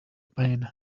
pain